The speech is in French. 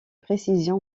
précision